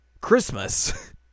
Christmas